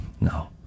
No